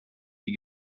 die